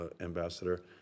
Ambassador